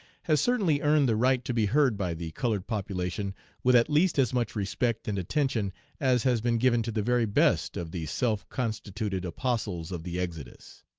has certainly earned the right to be heard by the colored population with at least as much respect and attention as has been given to the very best of the self-constituted apostles of the exodus.